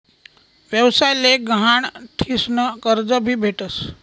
व्यवसाय ले गहाण ठीसन कर्ज भी भेटस